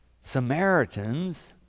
Samaritans